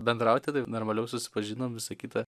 bendrauti taip normaliau susipažinom visa kita